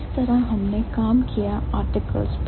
इस तरह हमने काम कियाआर्टिकल्स पर